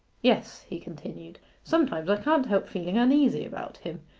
yes, he continued, sometimes i can't help feeling uneasy about him.